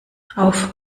auf